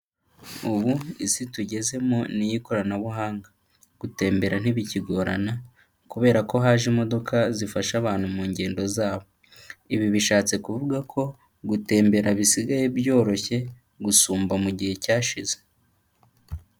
Ubu isi tugezemo n'iy'ikoranabuhanga, gutembera ntibikigorana kubera ko haje imodoka zifasha abantu mu ngendo zabo, ibi bishatse kuvuga ko gutembera bisigaye byoroshye gusumba mu gihe cyashize.